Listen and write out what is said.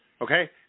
Okay